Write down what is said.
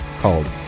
called